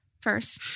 first